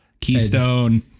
Keystone